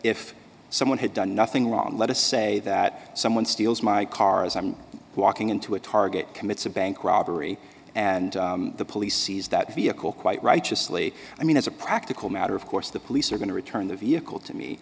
if someone had done nothing wrong let us say that someone steals my car as i'm walking into a target commits a bank robbery and the police seized that vehicle quite righteously i mean as a practical matter of course the police are going to return the vehicle to me